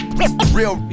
real